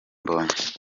mbonyi